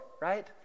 right